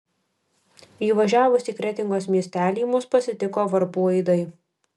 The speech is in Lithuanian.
įvažiavus į kretingos miestelį mus pasitiko varpų aidai